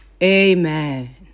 Amen